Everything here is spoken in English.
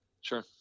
Sure